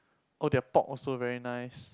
oh their pork also very nice